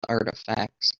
artifacts